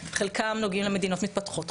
חלקם נוגעים למדינות מתפתחות,